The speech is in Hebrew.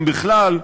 אם בכלל,